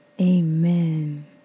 Amen